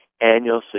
annual